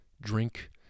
Drink